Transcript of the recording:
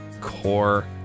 core